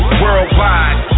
worldwide